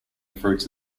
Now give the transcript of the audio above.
fruits